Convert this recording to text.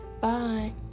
bye